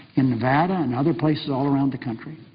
in nevada and other places all around the country.